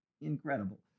incredible